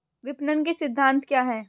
विपणन के सिद्धांत क्या हैं?